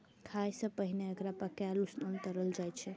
खाय सं पहिने एकरा पकाएल, उसनल, तरल जाइ छै